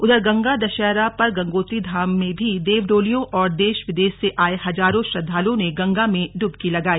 उधर गंगा दशहरा पर गंगोत्री धाम में भी देव डोलियों और देश विदेश से आये हजारों श्रद्दालुओं ने गंगा में डुबकी लगाई